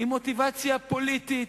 היא מוטיבציה פוליטית.